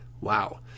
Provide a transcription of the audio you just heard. Wow